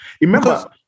Remember